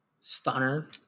Stunner